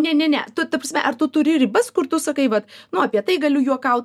ne ne ne tu ta prasme ar tu turi ribas kur tu sakai vat nu apie tai galiu juokaut